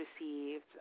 received